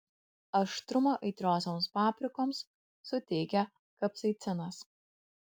aštrumą aitriosioms paprikoms suteikia kapsaicinas